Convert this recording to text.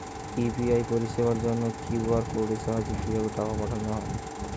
UPI পরিষেবার জন্য QR কোডের সাহায্যে কিভাবে টাকা পাঠানো হয়?